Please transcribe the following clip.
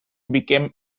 became